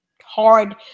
hard